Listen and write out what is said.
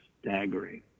staggering